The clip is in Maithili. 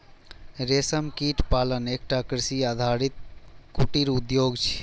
रेशम कीट पालन एकटा कृषि आधारित कुटीर उद्योग छियै